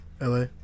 LA